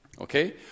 okay